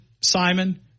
Simon